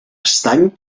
estany